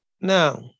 Now